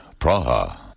Praha